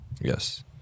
Yes